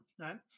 right